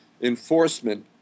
enforcement